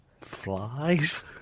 flies